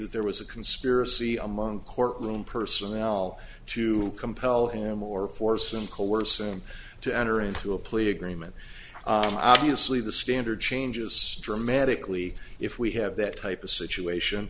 that there was a conspiracy among courtroom personnel to compel him or force him coerced to enter into a plea agreement obviously the standard changes dramatically if we have that type of situation